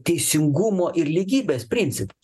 teisingumo ir lygybės principas